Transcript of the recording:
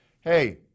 Hey